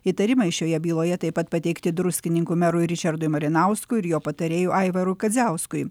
įtarimai šioje byloje taip pat pateikti druskininkų merui ričardui malinauskui ir jo patarėjui aivarui kadziauskui